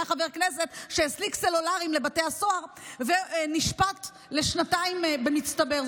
היה חבר כנסת שהסליק סלולריים לבתי הסוהר ונשפט לשנתיים במצטבר.